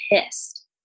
pissed